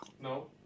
No